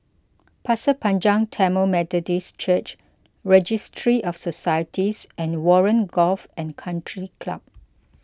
Pasir Panjang Tamil Methodist Church Registry of Societies and Warren Golf and Country Club